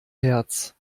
herz